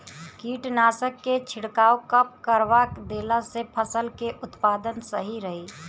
कीटनाशक के छिड़काव कब करवा देला से फसल के उत्पादन सही रही?